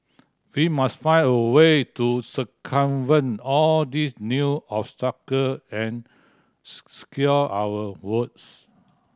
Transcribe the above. we must find a way to circumvent all these new obstacle and secure our votes